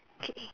okay